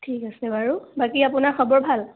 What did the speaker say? ঠিক আছে বাৰু বাকী আপোনাৰ খবৰ ভাল